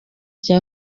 cya